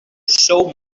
sou